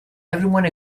everyone